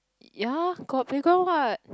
ya got playground what